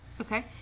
Okay